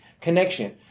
connection